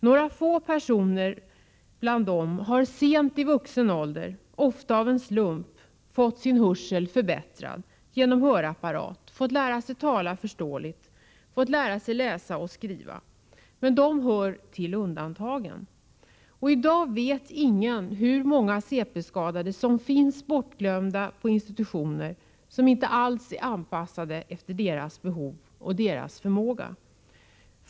Några få personer bland dem har sent i vuxen ålder, ofta av en slump, fått sin hörsel förbättrad genom hörapparat, fått lära sig tala förståeligt och fått lära sig läsa och skriva — men de hör till undantagen. Ingen vet i dag hur många cp-skadade som finns bortglömda på institutioner som inte alls är anpassade efter deras behov och förmåga.